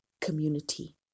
community